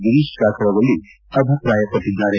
ಗಿರೀಶ್ ಕಾಸರವಳ್ಳಿ ಅಭಿಪ್ರಾಯಪಟ್ಟಿದ್ದಾರೆ